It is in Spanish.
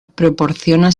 proporciona